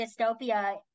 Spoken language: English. dystopia